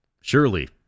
Surely